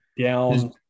down